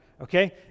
okay